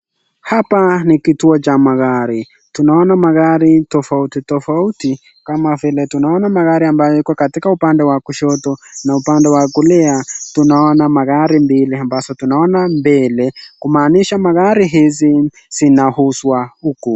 Hapa ni kituo cha magari. Tunaona magari tofauti tofauti kama vile. Tunaona magari ambayo yako katika upande wa kushoto na upande wa kulia. Tunaona magari mbili ambazo tunaona mbele. Kumaanisha hizi zinauzwa huku.